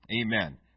Amen